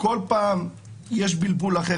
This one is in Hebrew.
כל פעם יש בלבול אחר.